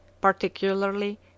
PARTICULARLY